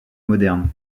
moderne